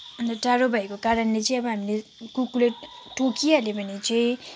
अन्त टाढो भएको कारणले चाहिँ अब हामीले कुकुरले टोकिहाल्यो भने चाहिँ